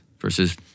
versus